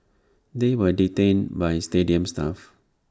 they were detained by stadium staff